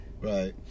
Right